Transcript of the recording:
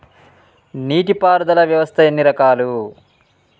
నీటి పారుదల వ్యవస్థ ఎన్ని రకాలు?